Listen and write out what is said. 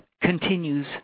continues